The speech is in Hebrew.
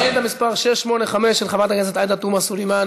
שאילתה מס' 685 של חברת הכנסת עאידה תומא סלימאן,